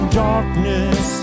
darkness